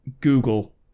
Google